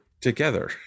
together